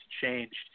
changed –